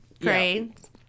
Cranes